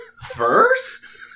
first